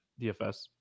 dfs